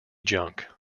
junk